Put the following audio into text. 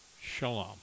Shalom